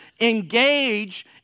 Engage